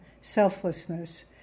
selflessness